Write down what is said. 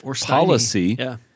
policy